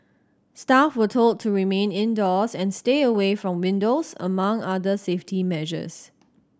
staff were told to remain indoors and stay away from windows among other safety measures